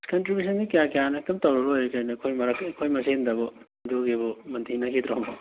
ꯀꯟꯇ꯭ꯔꯤꯕ꯭ꯌꯨꯁꯟꯗꯤ ꯀꯌꯥ ꯀꯌꯥꯅꯣ ꯑꯗꯨꯝ ꯇꯧꯔ ꯂꯣꯏꯔꯦ ꯀꯩꯅꯣ ꯑꯩꯈꯣꯏ ꯃꯔꯛꯇ ꯑꯩꯈꯣꯏ ꯃꯁꯦꯜꯗꯕꯨ ꯑꯗꯨꯒꯤꯕꯨ ꯃꯟꯇꯤꯛꯅꯈꯤꯗ꯭ꯔꯣ ꯑꯃꯨꯛ